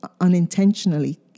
unintentionally